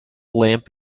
lamp